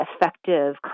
effective